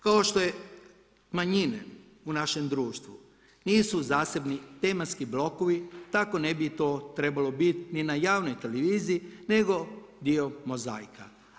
Kao što je manjine u našem društvu nisu zasebni tematski blokovi tako ne bi to trebalo biti ni na javnoj televiziji nego dio mozajka.